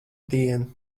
dienu